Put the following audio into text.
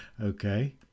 Okay